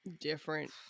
Different